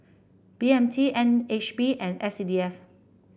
B M T N H B and S C D F